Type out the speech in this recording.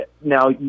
Now